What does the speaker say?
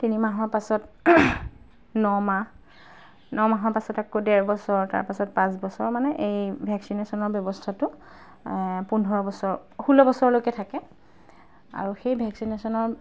তিনিমাহৰ পাছত নমাহ নমাহৰ পাছত আকৌ ডেৰবছৰ তাৰপাছত পাঁচ বছৰৰ মানে এই ভেকচিনেশ্যনৰ ব্যৱস্থাটো পোন্ধৰ বছৰ ষোল্ল বছৰলৈকে থাকে আৰু সেই ভেকচিনেশ্যনৰ